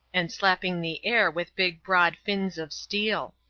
and slapping the air with big broad fins of steel.